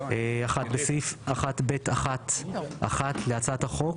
בסעיף 1(ב1)(1) להצעת החוק,